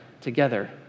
together